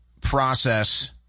process